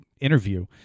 interview